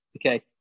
Okay